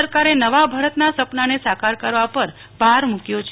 સરકારે નવા ભારતના સપનાને સાકાર કરવા પર ભાર મુકયો છે